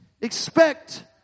Expect